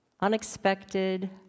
Unexpected